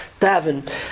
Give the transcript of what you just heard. Davin